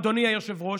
אדוני היושב-ראש,